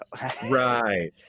right